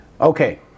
Okay